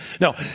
No